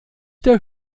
der